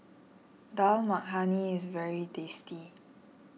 Dal Makhani is very tasty